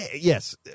yes